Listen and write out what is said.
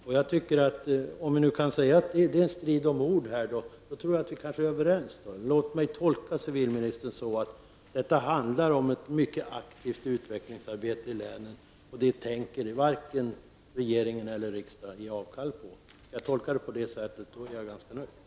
Om civilministern nu säger att det är strid om ord är vi överens. Låt mig då tolka civilministern som så att det handlar om ett mycket aktivt utvecklingsarbete i länen, och det tänker varken regeringen eller riksdagen ge avkall på. Jag tolkar civilministern på det sättet, och jag är ganska nöjd.